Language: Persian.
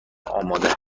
آماده